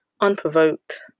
unprovoked